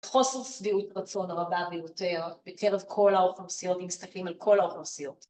‫חוסר שביעות רצון הרבה ביותר ‫בקרב כל האוכלוסיות, ‫אם מסתכלים על כל האוכלוסיות.